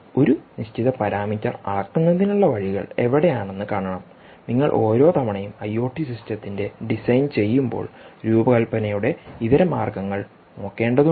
ഒരു നിശ്ചിത പാരാമീറ്റർ അളക്കുന്നതിനുള്ള വഴികൾ എവിടെയാണെന്ന് കാണണം നിങ്ങൾ ഓരോ തവണയും ഐഒടി സിസ്റ്റത്തിന്റെ ഡിസൈൻ ചെയ്യുമ്പോൾ രൂപകൽപ്പനയുടെ ഇതരമാർഗങ്ങൾ നോക്കേണ്ടതുണ്ട്